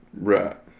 right